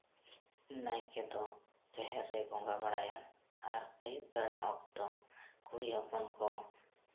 ᱱᱟᱭᱠᱮ ᱫᱚ ᱡᱟᱦᱮᱨ ᱨᱮ ᱵᱚᱸᱜᱟ ᱵᱟᱲᱟᱭᱟ ᱟᱨ ᱟᱹᱭᱩᱵ ᱵᱮᱲᱟ ᱚᱠᱛᱚ ᱠᱩᱲᱤ ᱦᱚᱯᱚᱱ ᱠᱚ